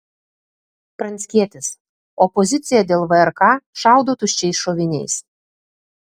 pranckietis opozicija dėl vrk šaudo tuščiais šoviniais